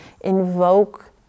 invoke